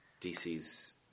DC's